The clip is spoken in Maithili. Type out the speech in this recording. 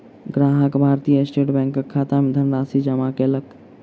ग्राहक भारतीय स्टेट बैंकक खाता मे धनराशि जमा कयलक